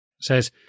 says